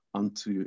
unto